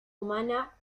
humana